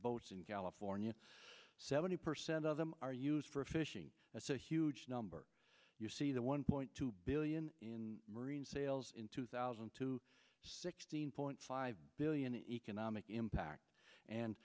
boats in california seventy percent of them are used for fishing that's a huge number you see the one point two billion in marine sales in two thousand and two sixteen point five billion in economic impact and